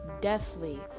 deathly